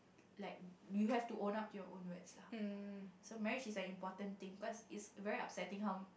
like you have to own up your risk lah so marriage is like important thing cause it very up siding one